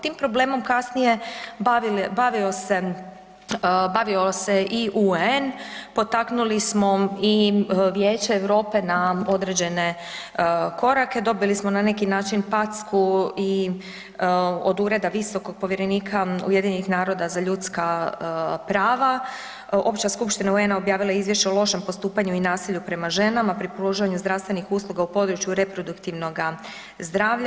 Tim problemom kasnije bavio se, bavio se i UN, potaknuli smo i Vijeće Europe na određene korake, dobili smo na neki način packu i od Ureda visokog povjerenika UN-a za ljudska prava, Opća skupština UN-a objavila je Izvješće o lošem postupanju i nasilju prema ženama pri pružanju zdravstvenih usluga u području reproduktivnoga zdravlja.